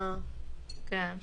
--- תוך כדי הפרת הבידוד.